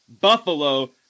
Buffalo